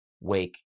wake